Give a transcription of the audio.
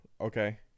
Okay